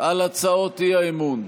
על הצעות האי-אמון.